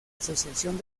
asociación